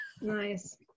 nice